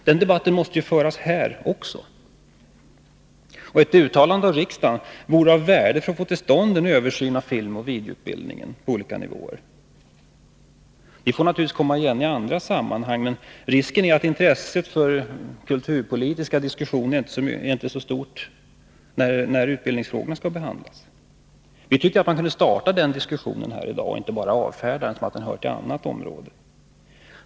Debatten om den måste föras också här, och ett uttalande av riksdagen vore av värde för att få till stånd en översyn av filmoch videoutbildningen på olika nivåer. Vi får naturligtvis komma igen i andra sammanhang, men risken är att intresset för de kulturpolitiska frågorna inte är så stort i diskussionen om utbildningsfrågorna. Vi tycker att man kunde starta den kulturpolitiska diskussionen här i dag, och inte bara avfärda den med att den hör till annat område.